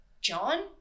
John